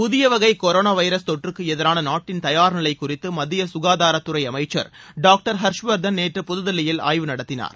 புதியவகை corona virus தொற்றுக்கு எதிரானநாட்டின் தயார் நிலை குறித்து மத்திய சுகாதாரத்துறை அமைச்சர் டாக்டர் ஹர்ஷ்வர்தன் நேற்று புதுதில்லியில் ஆய்வு நடத்தினார்